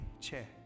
chair